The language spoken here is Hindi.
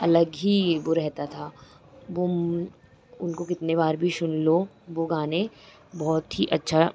अलग ही वह रहता था वह उनको कितने बार भी सुन लो वे गाने बहुत ही अच्छा